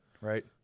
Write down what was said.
right